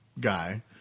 guy